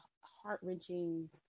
heart-wrenching